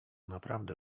naprawdę